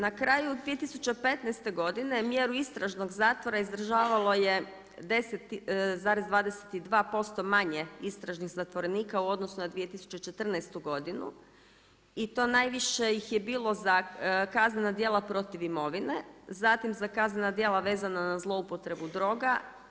Na kraju 2015. godine mjeru istražnog zatvora izdržavalo je 10,22% manje istražnih zatvorenika u odnosu na 2014. i to najviše ih je bilo za kaznena djela protiv imovine, zatim za kaznena djela vezana na zloupotrebu droga.